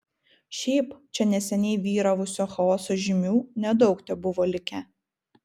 šiaip čia neseniai vyravusio chaoso žymių nedaug tebuvo likę